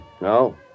No